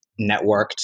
networked